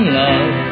love